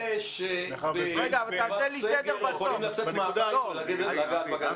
אלה שיכולים לצאת מהבית ולגעת בגדר.